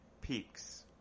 peaks